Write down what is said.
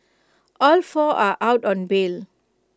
all four are out on bail